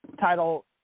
title